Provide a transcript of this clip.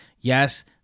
yes